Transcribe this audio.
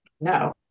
No